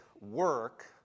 work